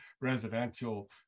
residential